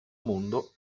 mondo